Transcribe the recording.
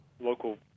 local